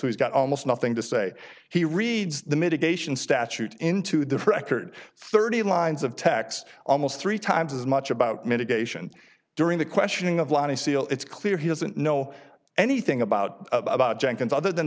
he's got almost nothing to say he reads the mitigation statute into the record thirty lines of text almost three times as much about mitigation during the questioning of lani seal it's clear he doesn't know anything about about jenkins other than